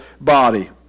body